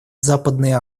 западной